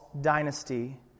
dynasty